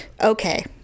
Okay